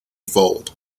fold